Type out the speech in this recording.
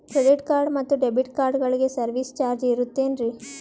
Credit card ಮತ್ತು debit ಕಾರ್ಡಗಳಿಗೆ service charge ಇರುತೇನ್ರಿ?